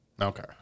Okay